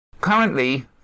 Currently